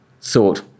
thought